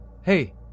hey